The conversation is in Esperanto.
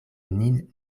nin